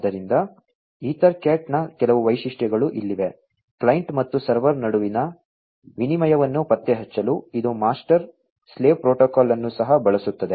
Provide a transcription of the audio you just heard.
ಆದ್ದರಿಂದ EtherCat ನ ಕೆಲವು ವೈಶಿಷ್ಟ್ಯಗಳು ಇಲ್ಲಿವೆ ಕ್ಲೈಂಟ್ ಮತ್ತು ಸರ್ವರ್ ನಡುವಿನ ವಿನಿಮಯವನ್ನು ಪತ್ತೆಹಚ್ಚಲು ಇದು ಮಾಸ್ಟರ್ ಸ್ಲೇವ್ ಪ್ರೋಟೋಕಾಲ್ ಅನ್ನು ಸಹ ಬಳಸುತ್ತದೆ